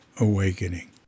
awakening